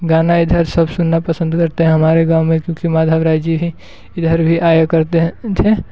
गाना इधर सब सुनना पसंद करते हैं हमारे गाँव में क्योंकि माधव राय जी ही इधर भी आया करते हैं थे